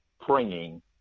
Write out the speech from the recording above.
praying